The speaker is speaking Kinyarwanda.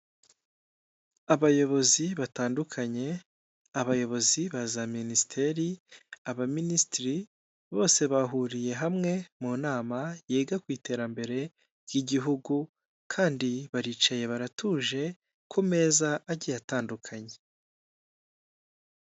Abayobozi batandukanye, abayobozi ba za minisiteri, abaminisitiri, bose bahuriye hamwe mu nama yiga ku iterambere ry'igihugu kandi baricaye baratuje, ku meza agiye atandukanye.